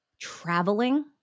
traveling